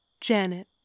Janet